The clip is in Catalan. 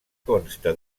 consta